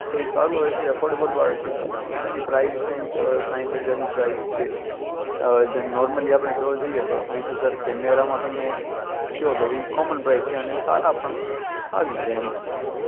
તો એ સારું આવે છે અફોર્ડેબલ પણ આવે છે પર એની પ્રાઈઝ કંઈક સાઠ હજારની પ્રાઈઝ છે અ જેમ નોર્મલી આપણે જોવા જઈએ તો સાઠ હજાર કૅમેરામાં તમે કહો લો એ કૉમન પ્રાઈઝ છે અને સારા પણ આવી જાય એમાં